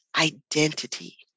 identity